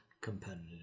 competitive